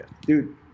Dude